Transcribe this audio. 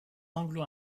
anglo